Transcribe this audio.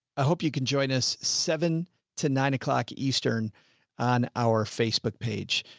i hope you can join us seven to nine. o'clock eastern on our facebook page.